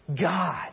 God